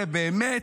זה באמת,